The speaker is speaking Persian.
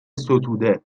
ستوده